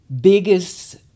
biggest